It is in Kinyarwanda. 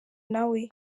nawe